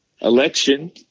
election